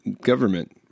Government